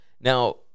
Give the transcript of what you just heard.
Now